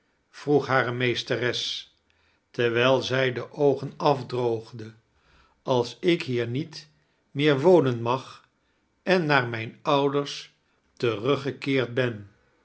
vroeg hare meesteres terwijl zij de oogen afdroogde ais ik hier niet meer wo nen mag en naar mijne ouders taruggekeerd ben